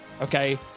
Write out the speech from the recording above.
okay